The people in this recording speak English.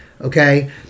Okay